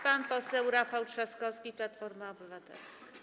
Pan poseł Rafał Trzaskowski, Platforma Obywatelska.